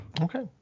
okay